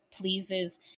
pleases